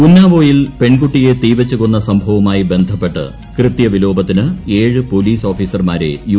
ഉന്നാവോയിൽ പെൺകുട്ടിയെ തീവച്ചു കൊന്ന സംഭവവുമായി കൃത്യവിലോപത്തിന് ഏഴ് പോലീസ് ഓഫീസർമാരെ യു